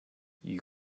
you